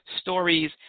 stories